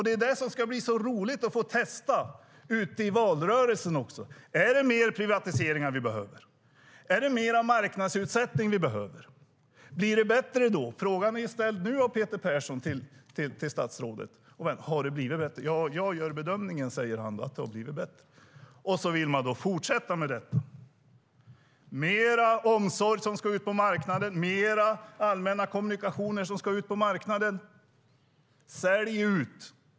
Det ska bli roligt att få testa detta i valrörelsen. Är det mer privatiseringar och marknadsutsättning vi behöver? Blir det bättre då? Frågan har ställts till statsrådet av Peter Persson. Har det blivit bättre? Statsrådet säger att han gör bedömningen att det har blivit bättre. Och så vill man fortsätta med detta. Mer omsorg ska ut på marknaden. Mer allmänna kommunikationer ska ut på marknaden. Sälj ut!